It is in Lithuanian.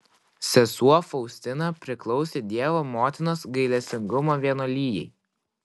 sesuo faustina priklausė dievo motinos gailestingumo vienuolijai